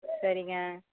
சரிங்க